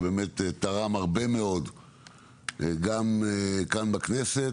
שתרם הרבה מאוד גם כאן בכנסת,